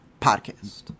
podcast